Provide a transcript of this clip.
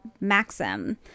Maxim